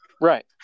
Right